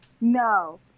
No